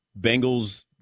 Bengals